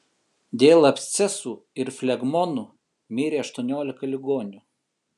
dėl abscesų ir flegmonų mirė aštuoniolika ligonių